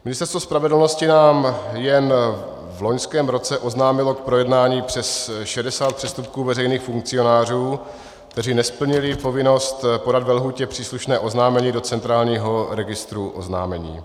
Ministerstvo spravedlnosti nám jen v loňském roce oznámilo k projednání přes 60 přestupků veřejných funkcionářů, kteří nesplnili povinnost podat ve lhůtě příslušné oznámení do centrálního registru oznámení.